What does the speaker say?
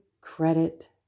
credit